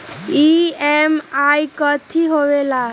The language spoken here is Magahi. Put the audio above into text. ई.एम.आई कथी होवेले?